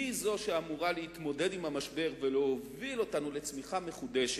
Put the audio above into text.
היא שאמורה להתמודד עם המשבר ולהוביל אותנו לצמיחה מחודשת,